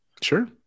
sure